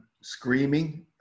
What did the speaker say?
screaming